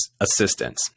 assistance